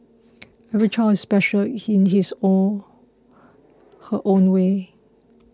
every child is special in his or her own way